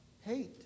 hate